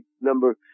Number